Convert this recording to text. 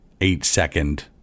eight-second